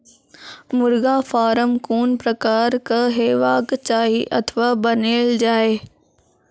मुर्गा फार्म कून प्रकारक हेवाक चाही अथवा बनेल जाये?